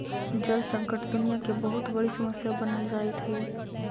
जल संकट दुनियां के बहुत बड़ी समस्या बनल जाइत हई